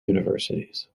universities